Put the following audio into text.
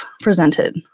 presented